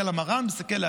מסתכל במראה,